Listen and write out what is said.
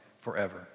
forever